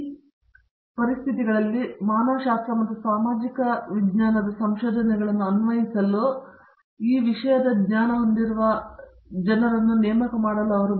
ಈ ಡೊಮೇನ್ಗಳಲ್ಲಿ ಮಾನವಶಾಸ್ತ್ರ ಮತ್ತು ಸಾಮಾಜಿಕ ವಿಜ್ಞಾನದ ಸಂಶೋಧನೆಗಳನ್ನು ಅನ್ವಯಿಸಲು ಅವರು ಈ ವಿಷಯಗಳನ್ನು ಹೊಂದಿದ ಜನರನ್ನು ಹೊಂದಿರುತ್ತಾರೆ ಆಗ ಅವರು ಅಂತಹ ತೊಂದರೆಗಳನ್ನು ಕಡಿಮೆಗೊಳಿಸುತ್ತಾರೆ